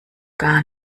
gar